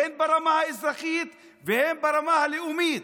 הן ברמה האזרחית והן ברמה הלאומית,